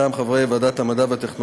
על ההסכם המינהלי של הרוסים,